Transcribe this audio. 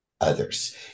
others